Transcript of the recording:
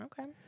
Okay